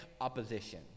opposition